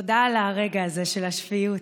תודה על הרגע הזה של השפיות.